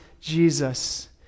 Jesus